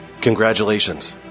congratulations